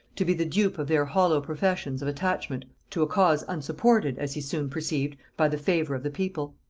to be the dupe of their hollow professions of attachment to a cause unsupported, as he soon perceived, by the favor of the people.